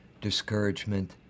discouragement